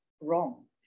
wrong